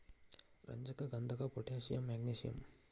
ರಂಜಕ ಗಂಧಕ potassium magnesium